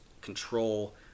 control